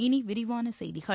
இனி விரிவான செய்திகள்